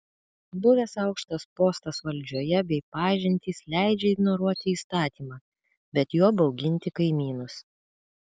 buvęs aukštas postas valdžioje bei pažintys leidžia ignoruoti įstatymą bet juo bauginti kaimynus